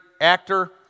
actor